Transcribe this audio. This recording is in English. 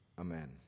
Amen